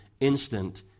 instant